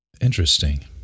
Interesting